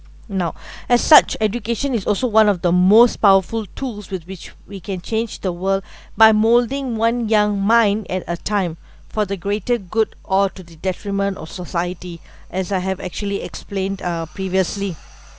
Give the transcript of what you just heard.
now as such education is also one of the most powerful tools with which we can change the world by moulding one young mind at a time for the greater good or to the detriment of society as I have actually explained uh previously